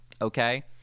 okay